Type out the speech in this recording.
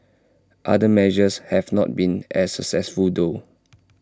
other measures have not been as successful though